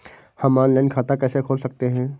हम ऑनलाइन खाता कैसे खोल सकते हैं?